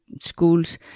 schools